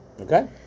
Okay